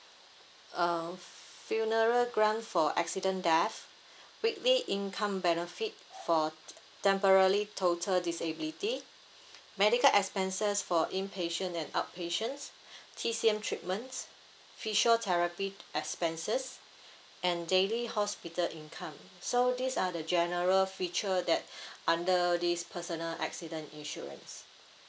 uh funeral grant for accident death weekly income benefit for temporary total disability medical expenses for inpatient and outpatient T_C_M treatments physiotherapy expenses and daily hospital income so these are the general feature that under this personal accident insurance